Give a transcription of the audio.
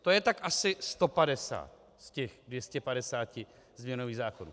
To je tak asi 150 z těch 250 změnových zákonů.